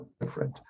different